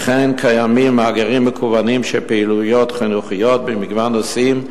וכן קיימים מאגרים מקוונים של פעילויות חינוכיות במגוון נושאים,